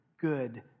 good